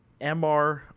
MR